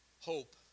hope